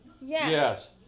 Yes